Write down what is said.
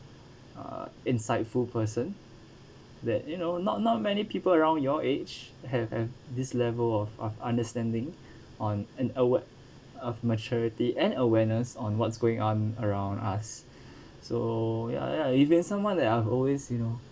uh insightful person that you know not not many people around your age have have this level of understanding on an awa~ of maturity and awareness on what's going on around us so ya ya if there're someone that I've always you know